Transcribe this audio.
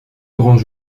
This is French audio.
grands